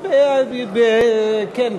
כן,